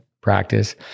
practice